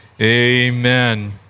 amen